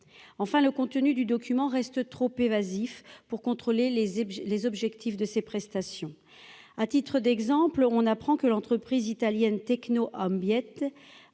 enfin le contenu du document restent trop évasifs pour contrôler les et les objectifs de ces prestations, à titre d'exemple, on apprend que l'entreprise italienne techno homme Biette